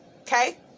Okay